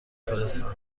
فرستم